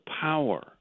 power